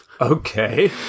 Okay